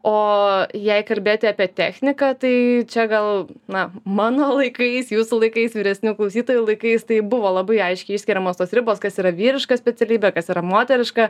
o jei kalbėti apie techniką tai čia gal na mano laikais jūsų laikais vyresnių klausytojų laikais tai buvo labai aiškiai išskiriamos tos ribos kas yra vyriška specialybė kas yra moteriška